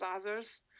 others